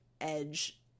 edge